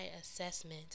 assessment